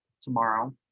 tomorrow